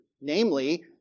namely